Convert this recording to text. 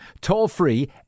toll-free